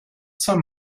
some